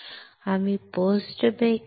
आम्ही post bake करू